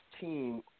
team